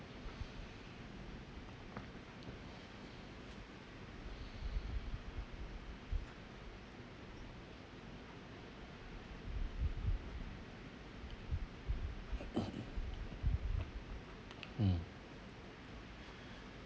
mm